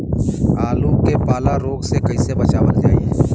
आलू के पाला रोग से कईसे बचावल जाई?